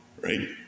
right